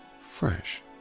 fresh